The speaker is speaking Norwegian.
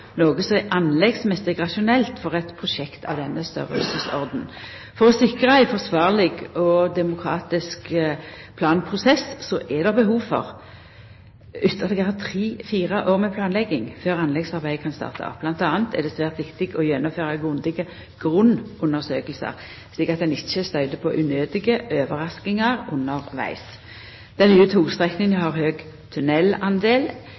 noko som er anleggsmessig rasjonelt for eit prosjekt i denne storleiken. For å sikra ein forsvarleg og demokratisk planprosess er det behov for ytterlegare tre–fire år med planlegging før anleggsarbeidet kan starta. Bl.a. er det svært viktig å gjennomføra grundige grunnundersøkingar, slik at ein ikkje støyter på unødige overraskingar undervegs. Den nye togstrekninga